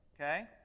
Okay